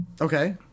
Okay